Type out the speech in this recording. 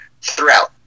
throughout